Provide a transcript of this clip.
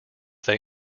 they